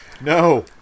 No